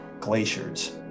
Glaciers